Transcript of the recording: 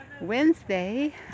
wednesday